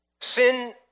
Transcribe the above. Sin